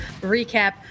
recap